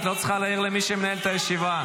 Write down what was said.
את לא צריכה להעיר למי שמנהל את הישיבה.